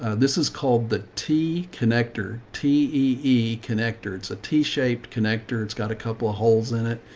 ah this is called the t connector t e connector. it's a t-shaped connector. it's got a couple of holes in it.